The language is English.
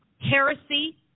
heresy